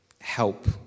help